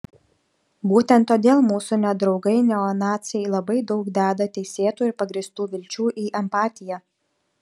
būtent todėl mūsų nedraugai neonaciai labai daug deda teisėtų ir pagrįstų vilčių į empatiją